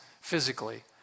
physically